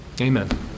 Amen